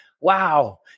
wow